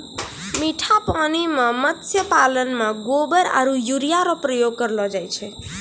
मीठा पानी मे मत्स्य पालन मे गोबर आरु यूरिया रो प्रयोग करलो जाय छै